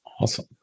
Awesome